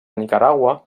nicaragua